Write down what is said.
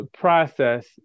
process